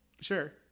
Sure